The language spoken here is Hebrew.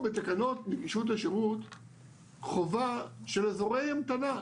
בתקנות נגישות השירות חובה של אזורי המתנה.